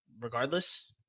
regardless